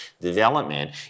development